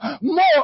more